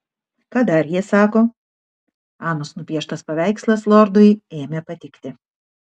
ką dar jie sako anos nupieštas paveikslas lordui ėmė patikti